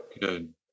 Good